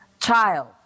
child